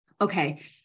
okay